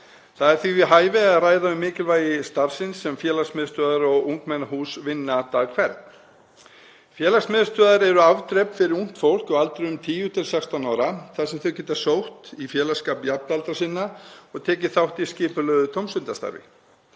Það er því við hæfi að ræða um mikilvægi starfsins sem félagsmiðstöðvar og ungmennahús vinna dag hvern. Félagsmiðstöðvar eru afdrep fyrir ungt fólk á aldrinum 10–16 ára þar sem þau geta sótt í félagsskap jafnaldra sinna og tekið þátt í skipulögðu tómstundastarfi.